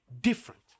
different